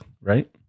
right